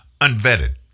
unvetted